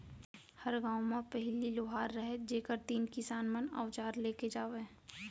हर गॉंव म पहिली लोहार रहयँ जेकर तीन किसान मन अवजार लेके जावयँ